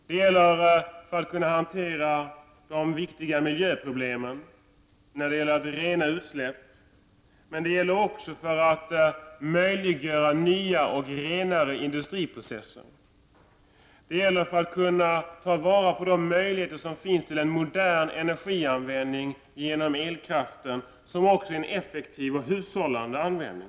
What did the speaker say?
Det är viktigt för att man skall kunna hantera de angelägna miljöproblemen, rena utsläpp och även möjliggöra nya och renare industriprocesser. Det är viktigt för att man skall kunna ta vara på de möjligheter som finns till en modern energianvändning genom elkraften och också en effektiv och hushållande användning.